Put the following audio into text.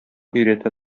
өйрәтә